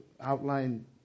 outline